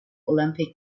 olympic